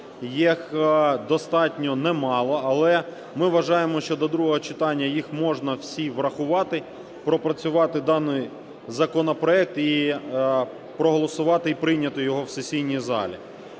їх достатньо немало. Але ми вважаємо, що до другого читання їх можна всі врахувати, пропрацювати даний законопроект і проголосувати і прийняти його в сесійній залі.